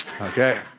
okay